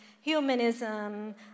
humanism